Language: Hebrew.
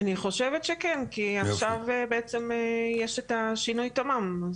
אני חושבת שכן, כי עכשיו בעצם יש את שינוי התמ"מ.